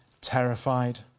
terrified